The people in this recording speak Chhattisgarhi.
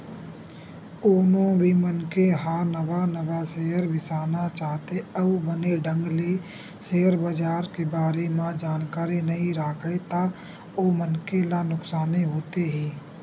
कोनो भी मनखे ह नवा नवा सेयर बिसाना चाहथे अउ बने ढंग ले सेयर बजार के बारे म जानकारी नइ राखय ता ओ मनखे ला नुकसानी होथे ही